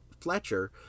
Fletcher